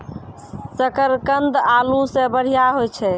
शकरकंद आलू सें बढ़िया होय छै